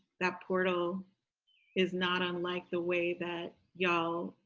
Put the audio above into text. that portal is not unlike the way that ya'll,